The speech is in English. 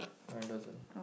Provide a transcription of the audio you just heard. mine doesn't